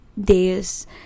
Days